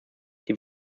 die